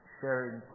sharing